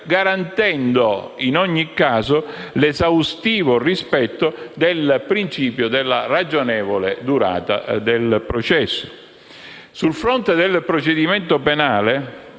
garantendo in ogni caso l'esaustivo rispetto del principio della ragionevole durata del processo. Sul fronte del procedimento penale